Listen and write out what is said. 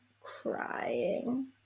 crying